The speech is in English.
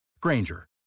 Granger